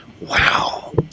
Wow